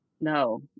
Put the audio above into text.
No